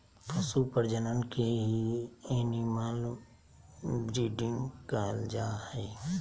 पशु प्रजनन के ही एनिमल ब्रीडिंग कहल जा हय